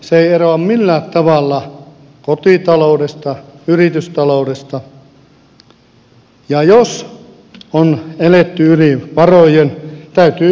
se ei eroa millään tavalla kotitaloudesta yritystaloudesta ja jos on eletty yli varojen täytyy jostakin leikata